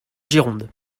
gironde